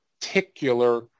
particular